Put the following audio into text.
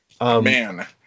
Man